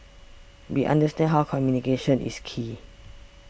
we understand how communication is key